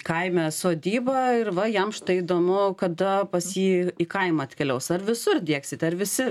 kaime sodybą ir va jam štai įdomu kada pas jį į kaimą atkeliaus ar visur diegsite ar visi